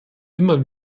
immer